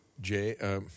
Jay